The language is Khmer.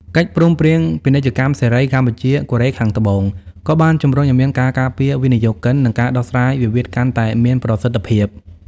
កិច្ចព្រមព្រៀងពាណិជ្ជកម្មសេរី កម្ពុជា-កូរ៉េខាងត្បូង ក៏បានជម្រុញឱ្យមានការការពារវិនិយោគិន និងការដោះស្រាយវិវាទកាន់តែមានប្រសិទ្ធភាព។